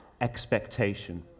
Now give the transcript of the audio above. expectation